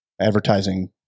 advertising